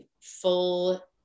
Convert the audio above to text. full